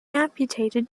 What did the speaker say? amputated